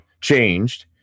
changed